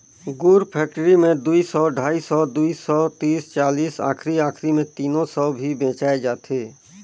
गुर फेकटरी मे दुई सौ, ढाई सौ, दुई सौ तीस चालीस आखिरी आखिरी मे तीनो सौ भी बेचाय जाथे